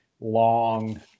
long